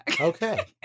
Okay